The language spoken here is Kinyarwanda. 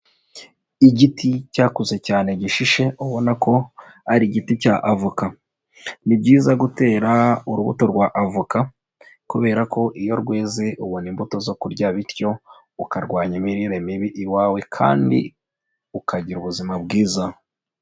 Igiti cyakuze cyane gishishe ubona ko ari igiti cya avoka. Ni byiza gutera urubuto rwa avoka kubera ko iyo rweze ubona imbuto zo kurya bityo ukarwanya imirire mibi iwawe kandi ukagira ubuzima bwiza.